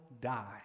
die